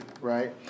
right